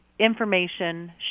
information